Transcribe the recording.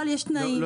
אבל יש תנאים.